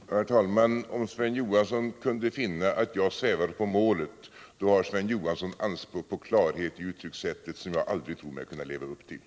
Herr talman! Om Sven Johansson kunde finna att jag svävade på målet, så har Sven Johansson anspråk på klarhet i uttryckssättet som jag aldrig tror mig kunna leva upp till.